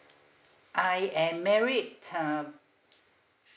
I am married uh